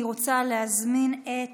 אני רוצה להזמין את